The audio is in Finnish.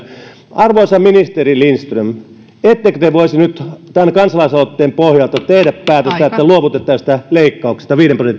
arvoisa ministeri lindström ettekö te voisi nyt tämän kansalaisaloitteen pohjalta tehdä päätöksiä että te luovutte tästä viiden prosentin leikkauksesta